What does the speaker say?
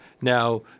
now